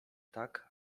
tak